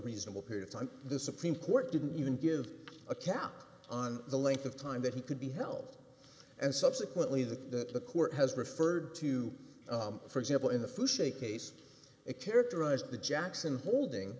reasonable period time the supreme court didn't even give a count on the length of time that he could be held and subsequently that the court has referred to for example in the fish a case it characterized the jackson holding